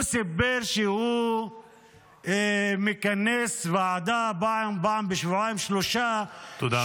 הוא סיפר שהוא מכנס ועדה פעם בשבועיים-שלושה -- תודה רבה.